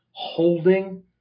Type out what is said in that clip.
holding